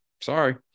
sorry